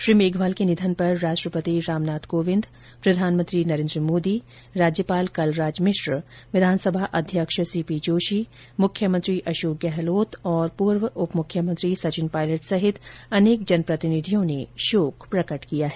श्री मेघवाल के निधन पर राष्ट्रपति रामनाथ कोविंद प्रधानमंत्री नरेन्द्र मोदी राज्यपाल कलराज मिश्र विधानसभा अध्यक्ष सी पी जोशी मुख्यमंत्री अशोक गहलोत और पूर्व उप मुख्यमंत्री सचिन पायलट सहित अनेक जनप्रतिनिधियों ने शोक प्रकट किया है